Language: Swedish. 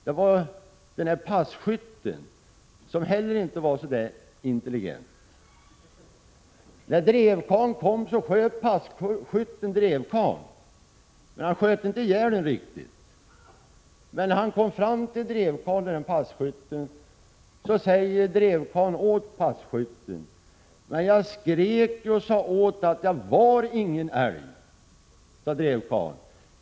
Det var en passkytt som inte heller var så intelligent. När drevkarlen kom sköt passkytten drevkarlen — men han sköt inte ihjäl honom. När passkytten kom fram till drevkarlen sade drevkarlen: Jag skrek ju och sade åt dig att jag inte var någon älg!